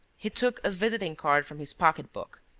he took a visiting-card from his pocketbook,